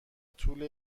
طول